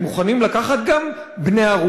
הם מוכנים לקחת גם בני-ערובה.